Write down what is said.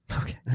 Okay